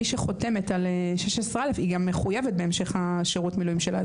מי שחותמת על 16א' היא גם מחויבת בהמשך לשירות המילואים שלה.